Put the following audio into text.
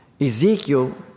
Ezekiel